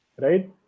Right